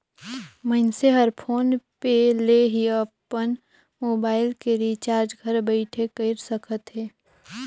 मइनसे हर PhonePe ले ही अपन मुबाइल के रिचार्ज घर बइठे कएर सकथे